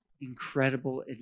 incredible